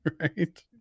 Right